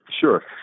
Sure